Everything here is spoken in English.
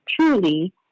Truly